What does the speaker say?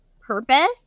purpose